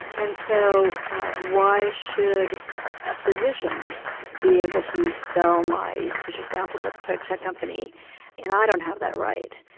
and so why should a physician be able to sell my tissue sample to a biotech company and i don't have that right?